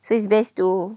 so it's best to